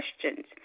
questions